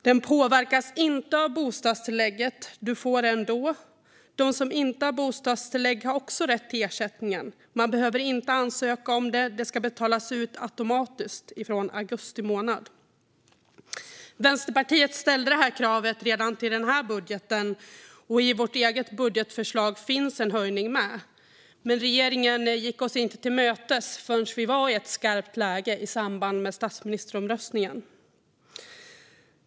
Den påverkas inte av bostadstillägget - du får den ändå - och de som inte har bostadstillägg har också rätt till ersättningen. Man behöver inte ansöka om den; den ska betalas ut automatiskt från augusti månad. Vänsterpartiet ställde detta krav redan till den här budgeten, och i vårt eget budgetförslag finns en höjning med. Men regeringen gick oss inte till mötes förrän det var skarpt läge i samband med statsministeromröstningen.